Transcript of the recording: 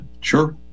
sure